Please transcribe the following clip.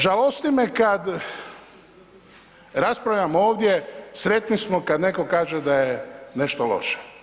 Žalosti me kad raspravljamo ovdje, sretni smo kad netko kaže da je nešto loše.